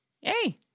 Yay